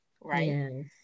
right